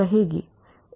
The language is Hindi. अस्पष्टता रहेगी